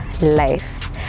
life